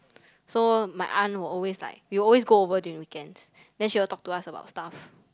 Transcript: so my aunt will always like we always go over during weekends then she will talk to us about stuff